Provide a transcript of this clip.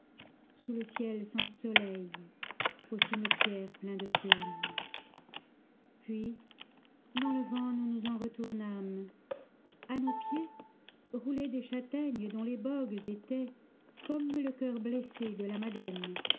sous le ciel sans soleil au cimetière plein de flammes puis dans le vent nous nous en retournâmes à nos pieds roulaient des châtaignes dont les bogues étaient comme le cœur blessé de la madone